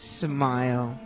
smile